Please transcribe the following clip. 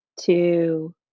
two